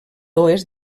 oest